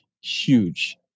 huge